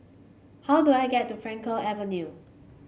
how do I get to Frankel Avenue